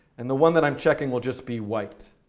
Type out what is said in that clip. and the one that i'm checking will just be white.